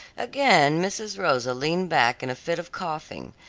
again mrs. rosa leaned back in a fit of coughing,